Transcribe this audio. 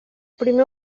primer